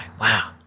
Wow